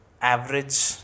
average